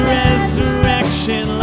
resurrection